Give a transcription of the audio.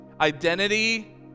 identity